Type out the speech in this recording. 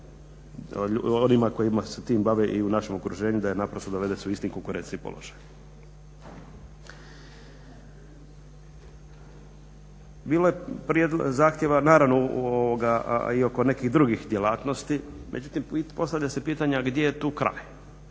onima koji se tim bave i u našem okruženju da naprosto se dovede u isti konkurentski položaj. Bilo je zahtjeva, naravno i oko nekih drugih djelatnosti. Međutim, postavlja se pitanje a gdje je tu kraj,